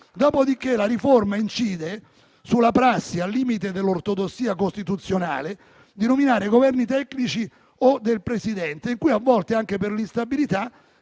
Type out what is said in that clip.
dopodiché la riforma incide sulla prassi al limite dell'ortodossia costituzionale di nominare Governi tecnici o del Presidente a cui, a volte anche per l'instabilità,